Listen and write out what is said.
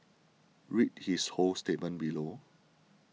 read his whole statement below